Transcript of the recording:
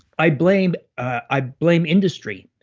i blame i blame industry.